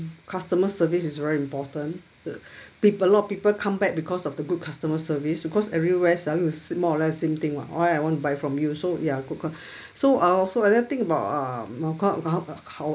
customer service is very important uh people lot of people come back because of the good customer service because everywhere ah it's more or less same thing [what] why I want to buy from you so ya good cu~ so I'll so like that think about um how how